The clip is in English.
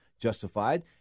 justified